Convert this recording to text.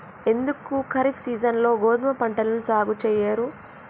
ఎందుకు ఖరీఫ్ సీజన్లో గోధుమ పంటను సాగు చెయ్యరు?